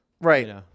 Right